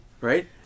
Right